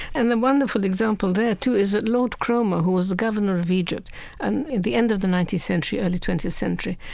and the wonderful example there, too, is that lord cromer, who was the governor of egypt at and the end of the nineteenth century, early twentieth century,